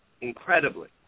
Incredibly